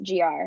gr